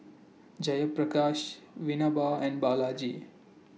Jayaprakash Vinoba and Balaji